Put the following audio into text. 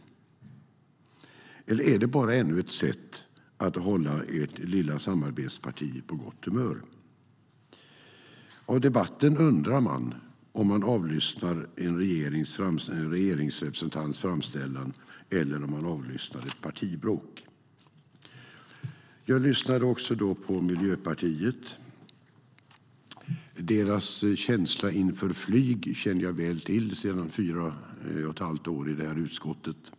Eller är det bara ännu ett sätt att hålla ert lilla samarbetsparti på gott humör? Av debatten undrar man om man avlyssnar en regeringsrepresentants framställan eller om man avlyssnar ett partibråk. Jag lyssnade också på Miljöpartiet och Jakop Dalunde. Deras känsla inför flyg känner jag väl till sedan fyra och ett halvt år i det här utskottet.